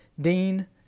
Dean